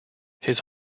his